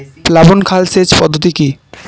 প্লাবন খাল সেচ পদ্ধতি কি?